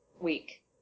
week